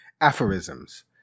aphorisms